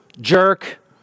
jerk